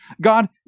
God